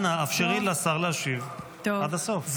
אנא, אפשרי לשר להשיב עד הסוף.